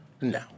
No